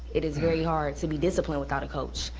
it is very hard to be disciplined without a coach,